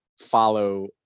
follow